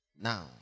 now